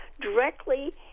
directly